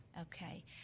Okay